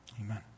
Amen